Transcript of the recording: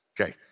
Okay